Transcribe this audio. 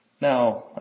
Now